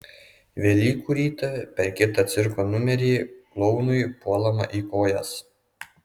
velykų rytą per kitą cirko numerį klounui puolama į kojas